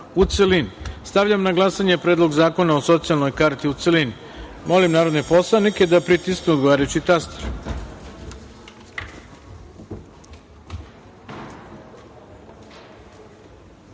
u celini. Stavljam na glasanje Predlog zakona o socijalnoj karti, u celini. Molim narodne poslanike da pritisnu odgovarajući